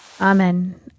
Amen